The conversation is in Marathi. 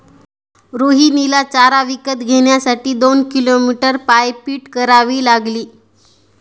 रोहिणीला चारा विकत घेण्यासाठी दोन किलोमीटर पायपीट करावी लागली